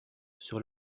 sur